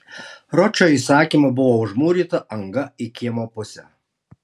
ročo įsakymu buvo užmūryta anga į kiemo pusę